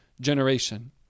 generation